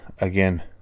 again